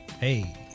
Hey